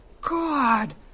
God